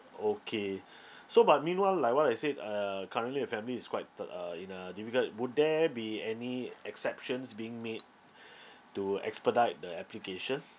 okay so but meanwhile like what I said uh currently my family is quite th~ uh in a difficult would there be any exceptions being made to expedite the application